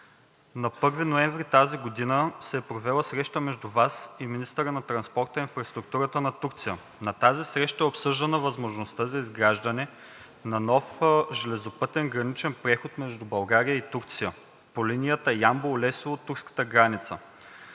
на 1 ноември тази година се е провела среща между Вас и министъра на транспорта и инфраструктурата на Турция. На тази среща е обсъждана възможността за изграждането на нов железопътен граничен преход между България и Турция по линията Ямбол – Лесово – турската граница.